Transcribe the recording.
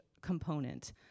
component